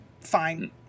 fine